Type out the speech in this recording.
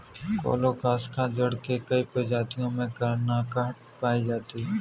colocasia जड़ के कई प्रजातियों में कनकनाहट पायी जाती है